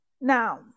Now